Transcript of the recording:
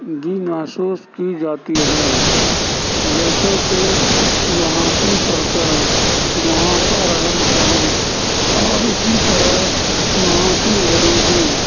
بھی محسوس کی جاتی ہے جیسے کہ وہاں کی سڑکیں وہاں کا رہن سہن اور اسی طرح وہاں کی غریبی